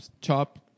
Chop